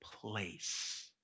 place